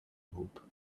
hoop